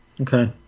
Okay